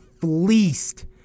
fleeced